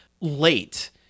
late